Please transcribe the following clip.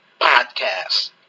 podcast